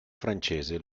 francese